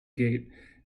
gate